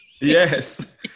Yes